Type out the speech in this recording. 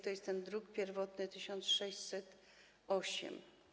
To jest ten druk pierwotny nr 1608.